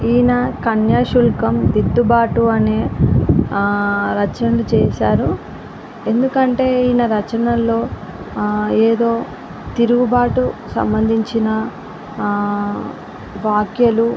ఈయన కన్యాశుల్కం దిద్దుబాటు అనే రచనలు చేశాడు ఎందుకంటే ఈయన రచనల్లో ఏదో తిరుగుబాటు సంబంధించిన వ్యాఖ్యలు